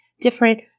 different